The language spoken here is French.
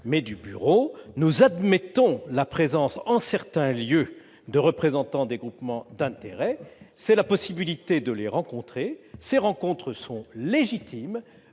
mais du bureau. Nous admettons la présence, en certains lieux, de représentants de groupements d'intérêts, ce qui offre la possibilité de les rencontrer. Ces rencontres sont légitimes,